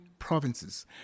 provinces